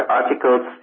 articles